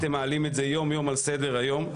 הם מעלים את זה יומיום על סדר היום.